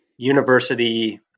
university